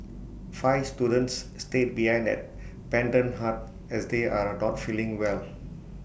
five students stay behind at Pendant hut as they are not feeling well